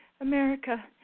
America